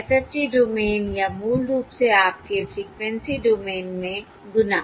FFT domain या मूल रूप से आपके फ़्रीक्वेंसी डोमेन में गुणा